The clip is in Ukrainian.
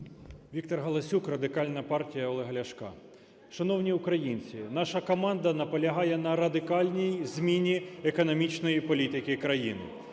Віктор Галасюк, Радикальна партія Олега Ляшка. Шановні українці, наша команда наполягає на радикальній зміні економічної політики країни.